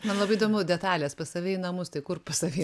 man labai įdomu detalės pas save į namus tai kur pas save į